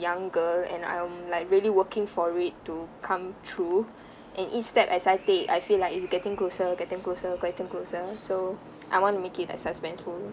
young girl and I'm like really working for it to come through and each step as I take I feel like it's getting closer getting closer getting closer so I want to make it like suspenseful